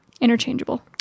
interchangeable